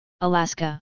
Alaska